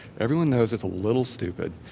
everyone knows it's a little stupid.